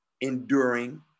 enduring